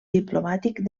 diplomàtic